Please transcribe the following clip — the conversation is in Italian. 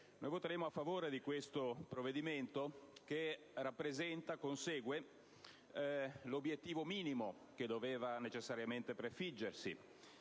voteremo a favore di questo provvedimento, che consegue l'obiettivo minimo che doveva necessariamente prefiggersi: